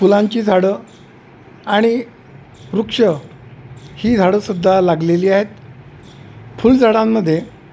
फुलांची झाडं आणि वृक्ष ही झाडंसुद्धा लागलेली आहेत फुलझाडांमध्ये